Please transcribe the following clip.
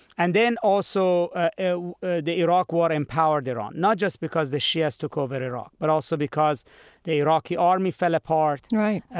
and then also ah ah the iraq war empowered iran, not just because the shias took over iraq, but also because the iraqi army fell apart, right,